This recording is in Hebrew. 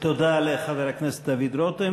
תודה לחבר הכנסת דוד רותם.